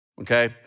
okay